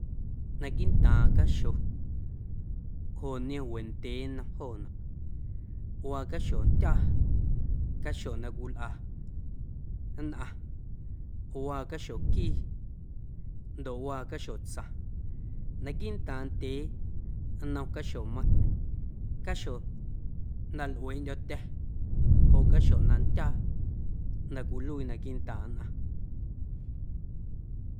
Naquiiꞌntaaⁿꞌ caxo joꞌ niom wendyee nnom joonaꞌ waa caxo ndyaa caxo na cwilꞌa nnꞌaⁿ waa caxo quii ndoꞌ waa caxo tsaⁿ naquiiꞌntaaⁿ ndyee nnom caxomeiⁿꞌ caxo na lꞌueeꞌndyo̱tya̱ joꞌ caxo na ndyaa na cwiluii naquiiꞌntaaⁿ nnꞌaⁿ.